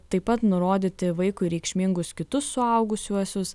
taip pat nurodyti vaikui reikšmingus kitus suaugusiuosius